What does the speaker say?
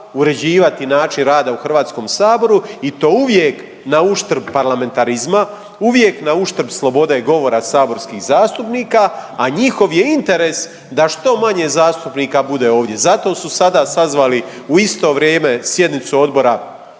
uređivati način rada u Hrvatskom saboru i to uvijek na uštrb parlamentarizma, uvijek na uštrb slobode govora saborskih zastupnika, a njihov je interes da što manje zastupnika bude ovdje. Zato su sada sazvali u isto vrijeme sjednicu Odbora za